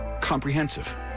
Comprehensive